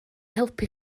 helpu